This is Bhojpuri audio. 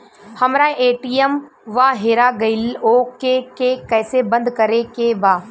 हमरा ए.टी.एम वा हेरा गइल ओ के के कैसे बंद करे के बा?